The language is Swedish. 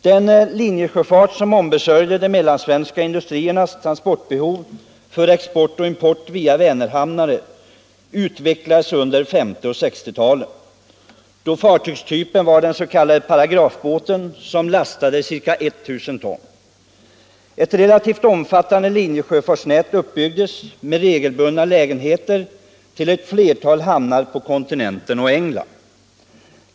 Den linjesjöfart som ombesörjde de mellansvenska industriernas transporter vid export och import via Vänerhamnar utvecklades under 1950 och 1960-talen, då fartygstypen var den s.k. paragrafbåten, som lastade ca 1000 ton. Ett relativt omfattande linjesjöfartsnät byggdes upp, med regelbundna lägenheter till ett flertal hamnar på kontinenten och i England.